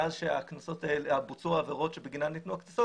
מאז שבוצעו העבירות שבגינן ניתנו הקנסות,